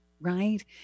right